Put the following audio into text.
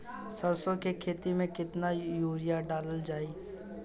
सरसों के खेती में केतना यूरिया डालल जाई?